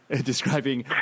describing